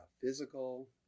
physical